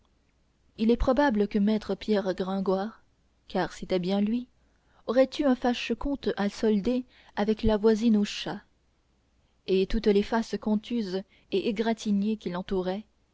il est probable que maître pierre gringoire car c'était bien lui aurait eu un fâcheux compte à solder avec la voisine au chat et toutes les faces contuses et égratignées qui l'entouraient